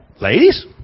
ladies